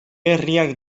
herriak